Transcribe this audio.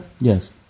Yes